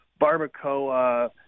barbacoa